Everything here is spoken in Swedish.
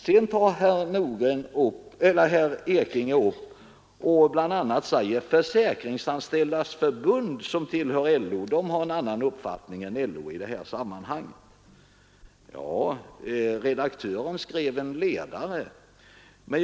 Vidare säger herr Ekinge bl.a. att Försäkringsanställdas förbund, som tillhör LO, har en annan uppfattning än LO i detta sammanhang. Ja, redaktören i förbundets tidning skrev en ledare som tyder på detta.